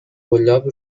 قلاب